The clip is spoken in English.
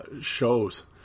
shows